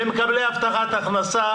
ומקבלי הבטחת הכנסה